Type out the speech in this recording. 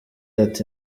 ati